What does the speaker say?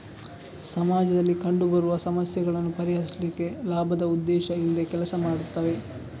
ಸಮಾಜದಲ್ಲಿ ಕಂಡು ಬರುವ ಸಮಸ್ಯೆಗಳನ್ನ ಪರಿಹರಿಸ್ಲಿಕ್ಕೆ ಲಾಭದ ಉದ್ದೇಶ ಇಲ್ದೆ ಕೆಲಸ ಮಾಡ್ತವೆ